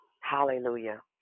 Hallelujah